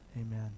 amen